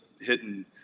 hitting